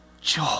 joy